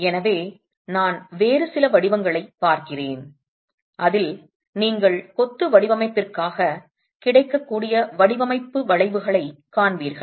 எனவே நான் வேறு சில வடிவங்களைப் பார்க்கிறேன் அதில் நீங்கள் கொத்து வடிவமைப்பிற்காக கிடைக்கக்கூடிய வடிவமைப்பு வளைவுகளைக் காண்பீர்கள்